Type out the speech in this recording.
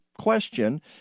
question